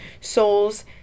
souls